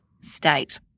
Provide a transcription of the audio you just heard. state